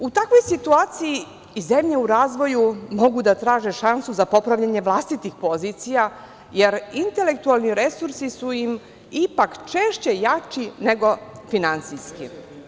U takvoj situaciji i zemlje u razvoju mogu da traže šansu za popravljanje vlastitih pozicija, jer intelektualni resursi su im ipak češće jači nego finansijski.